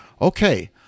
okay